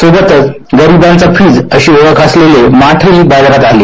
सोबत गरिबांचा फ्रिज अशी ओळख असलेले माठही बाजारात आले